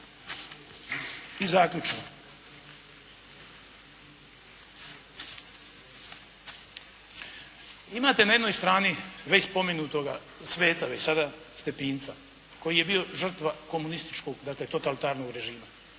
I zaključno. Imate na jednoj strani već spomenutog sveca već sada, Stepinca koji je bio žrtva komunističkog, dakle totalitarnog režima.